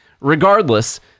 regardless